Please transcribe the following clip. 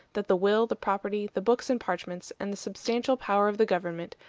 that the will, the property, the books and parchments, and the substantial power of the government,